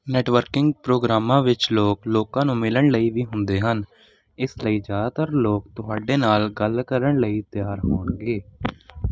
networking ਪ੍ਰੋਗਰਾਮਾਂ ਵਿੱਚ ਲੋਕ ਲੋਕਾਂ ਨੂੰ ਮਿਲਣ ਲਈ ਵੀ ਹੁੰਦੇ ਹਨ ਇਸ ਲਈ ਜ਼ਿਆਦਾਤਰ ਲੋਕ ਤੁਹਾਡੇ ਨਾਲ ਗੱਲ ਕਰਨ ਲਈ ਤਿਆਰ ਹੋਣਗੇ